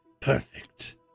Perfect